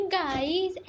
guys